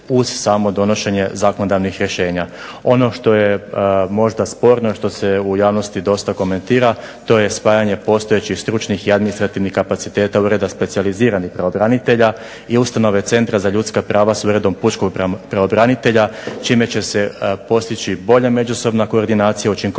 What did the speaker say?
uz samo donošenje zakonodavnih rješenja. Ono što je možda sporno, što se u javnosti dosta komentira to je spajanje postojećih stručnih i administrativnih kapaciteta ureda specijaliziranih pravobranitelja i ustanove centra za ljudska prava s Uredom pučkog pravobranitelja čime će se postići bolja međusobna koordinacija, učinkovitost